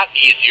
easier